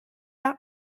pas